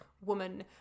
woman